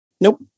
Nope